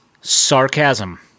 Sarcasm